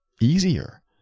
easier